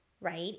right